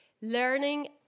learning